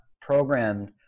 programmed